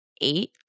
eight